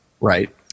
Right